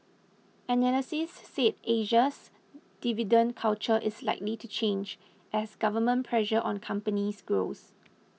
analysts said Asia's dividend culture is likely to change as government pressure on companies grows